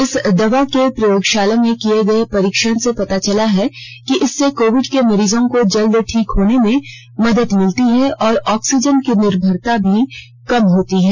इस दवा के प्रयोगशाला में किए गए परीक्षण से पता चला है कि इससे कोविड के मरीजों को जल्द ठीक होने में मदद मिलती है और ऑक्सीजन की निर्भरता भी कम होती है